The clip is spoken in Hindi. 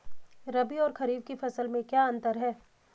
रबी और खरीफ की फसल में क्या अंतर है?